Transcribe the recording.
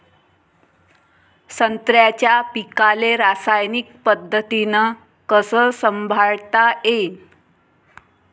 संत्र्याच्या पीकाले रासायनिक पद्धतीनं कस संभाळता येईन?